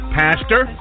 pastor